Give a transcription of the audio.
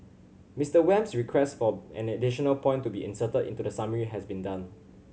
Mister Wham's request for an additional point to be inserted into the summary has been done